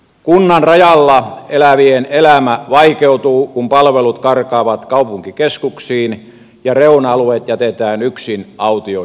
kunnan rajalla elävien elämä vaikeutuu kun palvelut karkaavat kaupunkikeskuksiin ja reuna alueet jätetään yksin autioitumaan